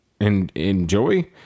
enjoy